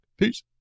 Peace